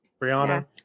Brianna